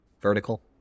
vertical